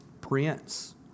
prince